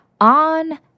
on